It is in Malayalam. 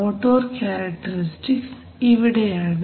മോട്ടോർ ക്യാരക്ടറിസ്റ്റിക്സ് ഇവിടെയാണ്